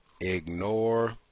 ignore